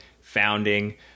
founding